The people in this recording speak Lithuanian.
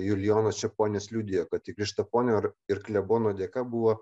julijonas čeponis liudijo kad tik krištaponio ir ir klebono dėka buvo